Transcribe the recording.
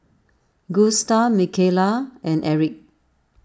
Gusta Mikayla and Erich